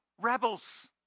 rebels